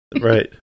right